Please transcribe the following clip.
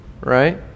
right